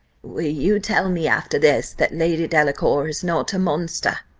will you tell me after this, that lady delacour is not a monster?